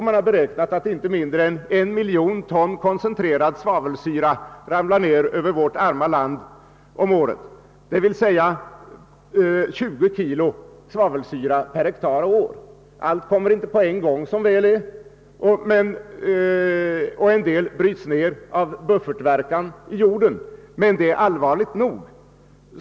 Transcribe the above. Man har beräknat att inte mindre än 1 miljon ton koncentrerad svavelsyra om året ramlar ned över vårt arma land, d. v. s. 20 kg svavelsyra per hektar och år. Allt kommer som väl är inte på en gång, och en del bryts ned av buffertverkan i jorden. Men det är allvarligt nog.